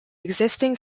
existing